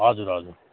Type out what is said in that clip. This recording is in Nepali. हजुर हजुर